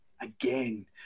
again